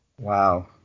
Wow